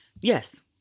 Yes